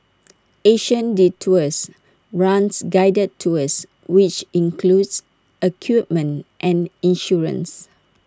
Asian Detours runs guided tours which includes equipment and insurance